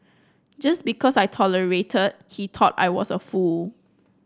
just because I tolerated he thought I was a fool